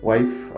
Wife